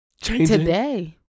today